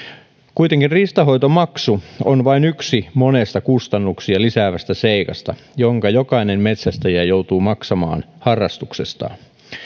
kuitenkin riistanhoitomaksu on vain yksi monesta kustannuksia lisäävästä seikasta jonka jokainen metsästäjä joutuu maksamaan harrastuksestaan